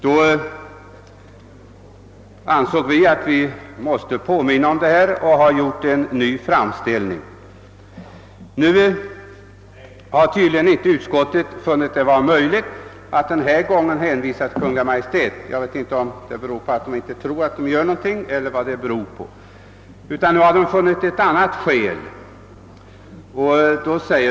Vi har därför ansett oss nödsakade att påminna härom och har gjort en ny framställning. Nu har tydligen utskottet inte funnit det vara möjligt att den na gång hänvisa till Kungl. Maj:t — jag vet inte om det beror på att utskottet inte tror att Kungl. Maj:t gör någonting eller vad som har varit orsaken. Nu anger utskottet i stället ett annat skäl.